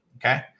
okay